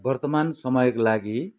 वर्तमान समयको लागि